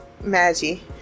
maggie